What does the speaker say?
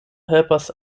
helpas